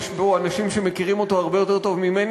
יש פה אנשים שמכירים אותו הרבה יותר טוב ממני,